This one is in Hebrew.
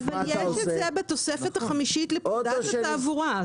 יש את זה בתוספת החמישית לפקודת התעבורה.